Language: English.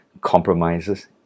compromises